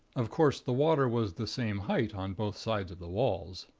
of course, the water was the same height on both sides of the walls.